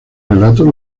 relatos